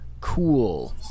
Cool